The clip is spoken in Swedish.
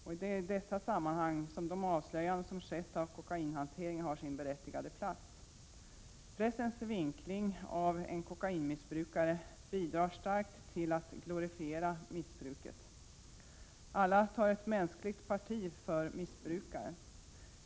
Och det är i det sammanhanget som de avslöjanden som skett av kokainhantering har sin berättigade plats. Pressens vinklade beskrivningar av kokainmissbrukare bidrar starkt till att glorifiera missbruket. Alla tar på ett mänskligt sätt parti för missbrukaren.